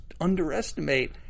underestimate